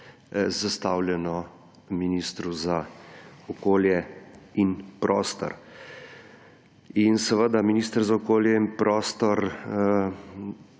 zastavljeno ministru za okolje in prostor. Seveda minister za okolje in prostor